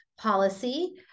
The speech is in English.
policy